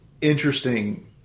interesting